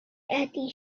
ydy